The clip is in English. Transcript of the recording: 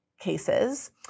cases